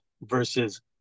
versus